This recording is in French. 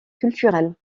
culturel